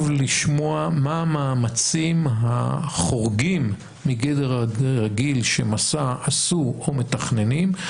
לשמוע מה המאמצים החורגים מגדר הרגיל ש'מסע' עשו או מתכננים.